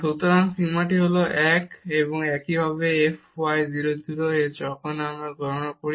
সুতরাং এই সীমা হল 1 এবং একইভাবে f y 0 0 এ যখন আমরা গণনা করি